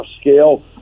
scale